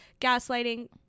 Gaslighting